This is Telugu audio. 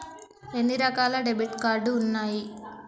ఎన్ని రకాల డెబిట్ కార్డు ఉన్నాయి?